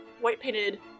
white-painted